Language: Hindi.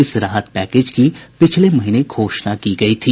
इस राहत पैकेज की पिछले महीने घोषणा की गई थी